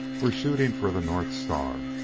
are shooting for the north star.